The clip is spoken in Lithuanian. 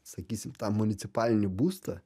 sakysim tą municipalinį būstą